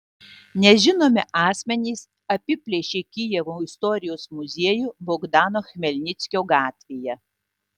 nežinomi asmenys apiplėšė kijevo istorijos muziejų bogdano chmelnickio gatvėje